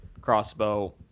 crossbow